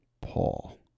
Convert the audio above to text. Paul